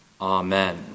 Amen